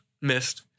missed